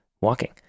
walking